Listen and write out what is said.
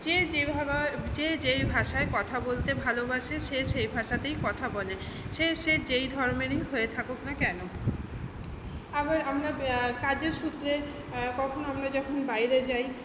যে যে ভাবা যে যেই ভাষায় কথা বলতে ভালোবাসে সে সেই ভাষাতেই কথা বলে সে সে যেই ধর্মেরই হয়ে থাকুক না কেন আবার আমরা কাজের সূত্রে কখনও আমরা যখন বাইরে যাই